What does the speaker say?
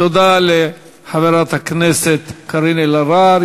תודה לחברת הכנסת קארין אלהרר.